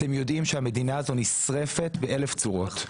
אתם יודעים שהמדינה הזו נשרפת באלף צורות.